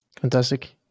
Fantastic